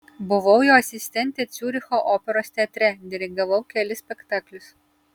buvau jo asistentė ciuricho operos teatre dirigavau kelis spektaklius